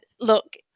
look